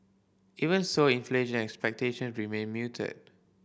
even so inflation expectation remain muted